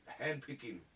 handpicking